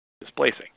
displacing